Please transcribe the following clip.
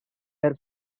her